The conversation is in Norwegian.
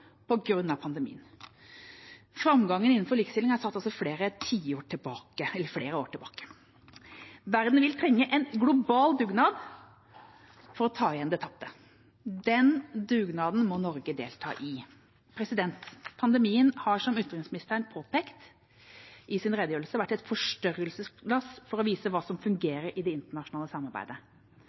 pandemien. Framgangen innenfor likestilling er altså satt flere år tilbake. Verden vil trenge en global dugnad for å ta igjen det tapte. Den dugnaden må Norge delta i. Pandemien har, som utenriksministeren har påpekt i sin redegjørelse, vært et forstørrelsesglass for å vise hva som fungerer i det internasjonale samarbeidet,